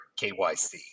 KYC